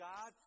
God